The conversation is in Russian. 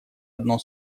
одно